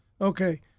Okay